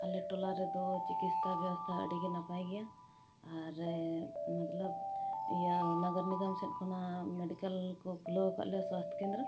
ᱟᱞᱮ ᱴᱚᱞᱟ ᱨᱮᱫᱚ ᱪᱤᱠᱤᱛᱥᱥᱟ ᱵᱮᱵᱚᱥᱛᱟ ᱟᱹᱰᱤ ᱜᱮ ᱱᱟᱯᱟᱭ ᱜᱮᱭᱟ ᱟᱨ ᱢᱚᱛᱞᱚᱵ ᱤᱭᱟᱹ ᱱᱟᱜᱟᱨ ᱱᱤᱜᱟᱢ ᱥᱮᱫ ᱠᱷᱚᱱᱟᱜ ᱢᱮᱰᱤᱠᱮᱞ ᱠᱚ ᱠᱷᱩᱞᱟᱹᱣ ᱟᱠᱟᱫ ᱞᱮ ᱥᱟᱥᱛᱷ ᱠᱮᱱᱫᱨᱚ